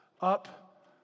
Up